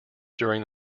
during